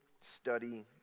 study